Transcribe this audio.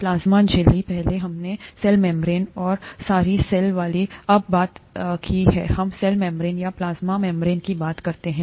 plasma झिल्ली पहले हमने cell membrane oh oh sorry cell wall की अब बात की थीहम सेल मेम्ब्रेन या प्लाज़्मा मेम्ब्रेन की बात करते हैं